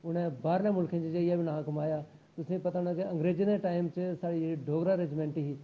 उ'नें बाह्रलें मुल्खें च जाइयै बी नांऽ कमाया तुसें पता होना कि अंग्रेजें दे टाइम च साढ़ी जेह्ड़ी डोगरा रैजीमैंट ही